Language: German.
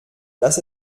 lass